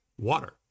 Water